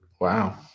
wow